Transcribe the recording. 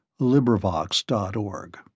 LibriVox.org